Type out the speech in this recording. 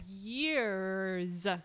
years